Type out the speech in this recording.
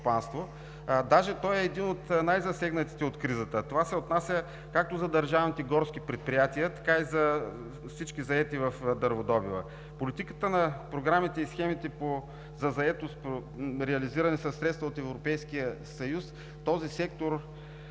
това се отнася както за държавните горски предприятия, така и за всички заети в дърводобива. Политиката на програмите и схемите за заетост, реализирани със средства от Европейския съюз, в този сектор и